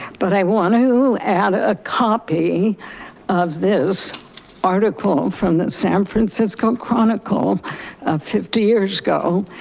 but i want to add a copy of this article form the san francisco chronicle fifty years ago.